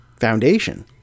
foundation